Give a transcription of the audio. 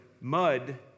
mud